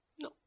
No